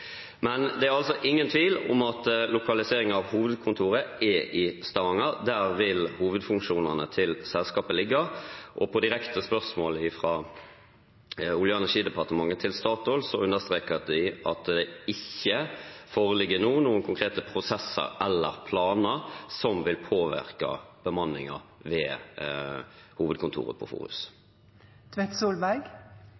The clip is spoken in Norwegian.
Der vil hovedfunksjonene til selskapet ligge, og på direkte spørsmål fra Olje- og energidepartementet til Statoil understrekes det at det nå ikke foreligger noen konkrete prosesser eller planer som vil påvirke bemanningen ved hovedkontoret på Forus.